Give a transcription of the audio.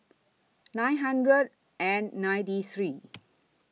nine hundred and ninety three